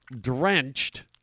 drenched